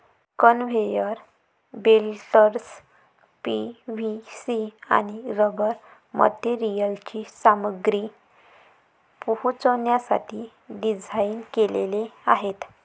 conveyor belts PVC आणि rubber मटेरियलची सामग्री पोहोचवण्यासाठी डिझाइन केलेले आहेत